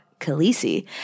Khaleesi